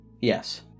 Yes